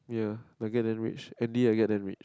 ya like get them rich Andy I get damn rich